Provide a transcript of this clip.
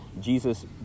Jesus